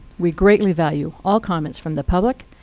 we greatly value all comments from the public,